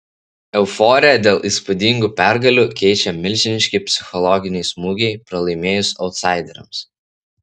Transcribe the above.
euforiją dėl įspūdingų pergalių keičia milžiniški psichologiniai smūgiai pralaimėjus autsaideriams